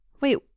Wait